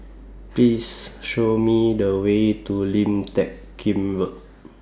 Please Show Me The Way to Lim Teck Kim Road